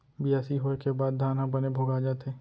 बियासी होय के बाद धान ह बने भोगा जाथे